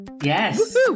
Yes